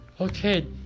okay